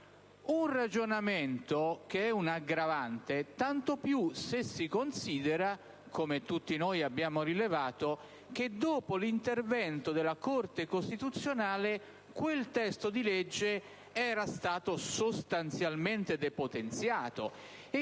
un ragionamento che è un'aggravante, tanto più se si considera, come tutti noi abbiamo rilevato, che dopo l'intervento della Corte costituzionale quel testo di legge era stato sostanzialmente depotenziato,